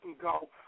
Go